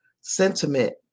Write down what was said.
sentiment